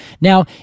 Now